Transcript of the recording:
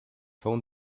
phone